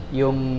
yung